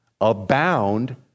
abound